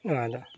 ᱱᱚᱣᱟ ᱫᱚ